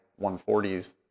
140s